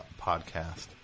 podcast